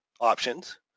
options